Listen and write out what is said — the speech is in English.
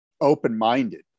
open-minded